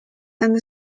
and